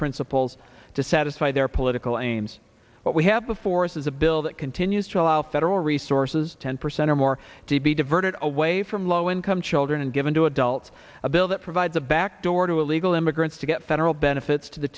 principles to satisfy their political aims but we have before us is a bill that continues to allow federal resources ten percent or more to be diverted away from low income children and given to adults a bill that provides a back door to illegal immigrants to get federal benefits to the